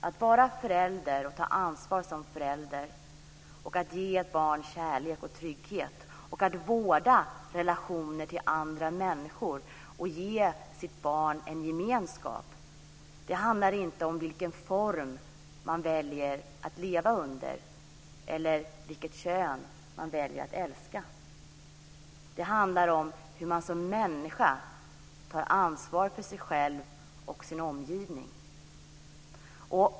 Att vara förälder och ta ansvar som förälder, att ge ett barn kärlek och trygghet, att vårda relationer till andra människor och ge sitt barn en gemenskap, handlar inte om vilken samlevnadsform man väljer att leva under eller vilket kön man väljer att älska. Det handlar om hur man som människa tar ansvar för sig och sin omgivning.